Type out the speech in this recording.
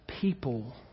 people